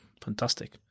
Fantastic